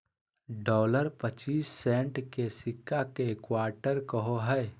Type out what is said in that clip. dollar पच्चीस cent के सिक्का के क्वार्टर कहो हइ